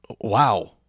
Wow